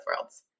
worlds